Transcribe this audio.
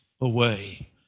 away